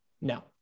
no